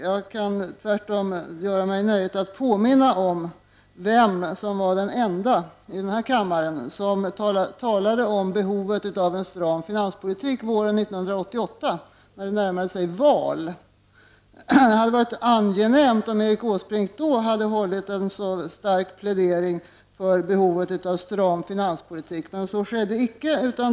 Jag kan tvärtom unna mig nöjet att påminna om vem som var den enda i denna kammare som talade om behovet av stram finanspolitik våren 1988, när valet närmade sig. Det hade varit angenämt om Erik Åsbrink då hade pläderat så starkt för behovet av stram finanspolitik, men så skedde icke.